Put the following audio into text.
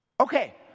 Okay